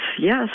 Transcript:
yes